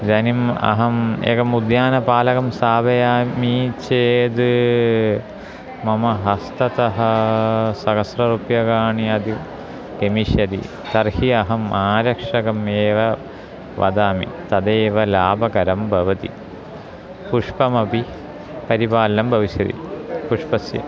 इदानिम् अहम् एकम् उद्यानपालकं स्थापयामि चेच् मम हस्तात् सहस्ररूप्यकाणि अतिगमिष्यति तर्हि अहम् आरक्षकम् एव वदामि तदेव लाभकरं भवति पुष्पमपि परिपालनं भविष्यति पुष्पस्य